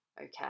okay